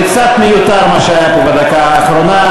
זה קצת מיותר מה שהיה פה בדקה האחרונה.